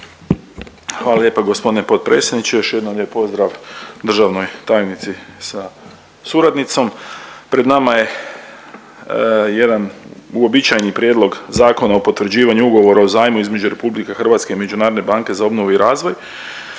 Hvala lijepa g. potpredsjedniče, još jednom lijep pozdrav državnoj tajnici sa suradnicom. Pred nama je jedan uobičajeni prijedlogZakona o potvrđivanju Ugovora o zajmu između Republike Hrvatske i Međunarodne banke za obnovu i razvoj.